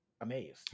amazed